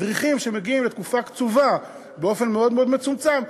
מדריכים שמגיעים לתקופה קצובה באופן מאוד מצומצם.